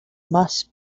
must